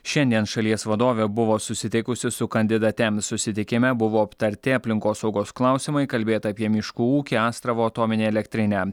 šiandien šalies vadovė buvo susitikusi su kandidate susitikime buvo aptarti aplinkosaugos klausimai kalbėta apie miškų ūkį astravo atominę elektrinę